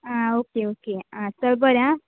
आं okay okay आं चल बरें आं